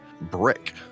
brick